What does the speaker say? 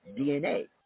DNA